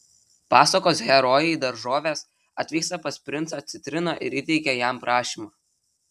pasakos herojai daržovės atvyksta pas princą citriną ir įteikia jam prašymą